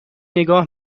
نگاه